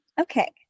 Okay